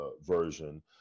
version